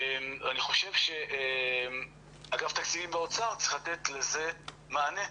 אני חושב שאגף תקציבים באוצר צריך לתת לזה מענה.